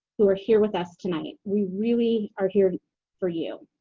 who are here with us tonight. we really are here for you.